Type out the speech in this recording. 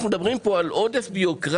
אנחנו גם מדברים כאן על עודף בירוקרטיה